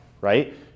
right